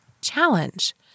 challenge